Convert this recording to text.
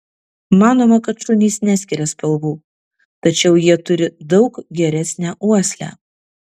manoma kad šunys neskiria spalvų tačiau jie turi daug geresnę uoslę